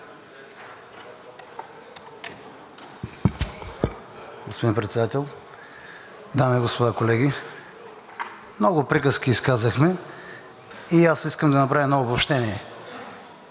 Господин Председател, дами и господа, колеги! Много приказки изказахме и аз искам да направя едно обобщение.